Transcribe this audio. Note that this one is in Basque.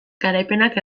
garaipenak